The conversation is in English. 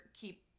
keep